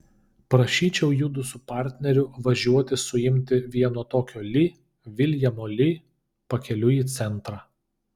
prašyčiau judu su partneriu važiuoti suimti vieno tokio li viljamo li pakeliui į centrą